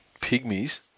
pygmies